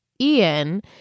Ian